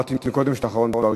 אמרתי קודם שאתה אחרון ברשימה.